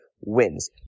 wins